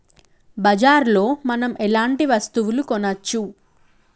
బజార్ లో మనం ఎలాంటి వస్తువులు కొనచ్చు?